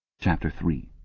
chapter three